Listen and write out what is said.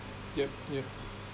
yup yup